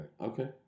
Okay